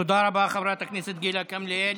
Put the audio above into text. תודה רבה, חברת הכנסת גילה גמליאל.